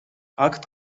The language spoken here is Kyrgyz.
акт